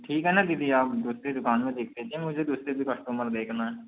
ठीक है न दीदी आप दूसरी दुकान में देख लीजिए मुझे दुसरे भी कस्टमर देखना है